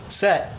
set